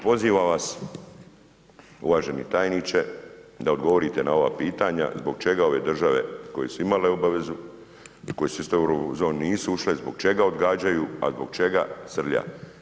Pozivam vas uvaženi tajniče, da odgovorite na ova pitanja, zbog čega ove države koje su imale obavezu, koje su isto u Euro zoni, nisu ušle, zbog čega odgađaju a zbog čega srljat.